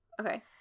Okay